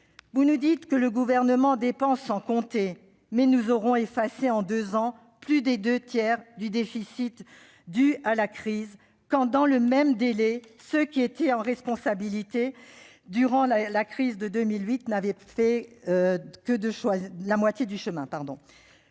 Vous nous dites que le Gouvernement dépense sans compter, mais nous aurons effacé en deux ans plus des deux tiers du déficit dû à la crise, quand, dans le même délai, ... Veuillez conclure. ... ceux qui étaient en responsabilité durant la crise de 2008 n'avaient fait que la moitié du chemin.